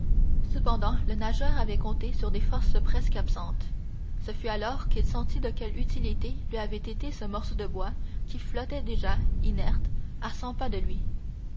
cependant le nageur avait compté sur des forces presque absentes ce fut alors qu'il sentit de quelle utilité lui avait été ce morceau de bois qui flottait déjà inerte à cent pas de lui